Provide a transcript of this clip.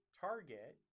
target